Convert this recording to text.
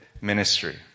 ministry